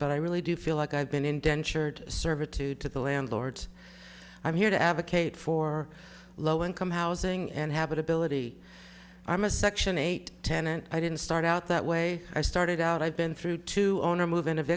but i really do feel like i've been indentured servitude to the landlords i'm here to advocate for low income housing and habitability i'm a section eight tenant i didn't start out that way i started out i've been through two owner move